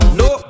no